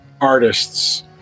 artists